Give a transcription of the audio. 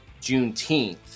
Juneteenth